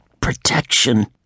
protection